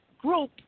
group